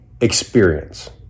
experience